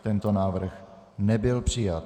Tento návrh nebyl přijat.